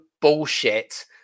bullshit